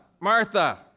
Martha